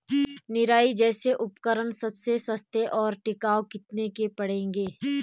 निराई जैसे उपकरण सबसे सस्ते और टिकाऊ कितने के पड़ेंगे?